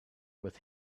with